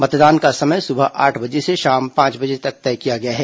मतदान का समय सुबह आठ बजे से शाम पांच बजे तक तय किया गया है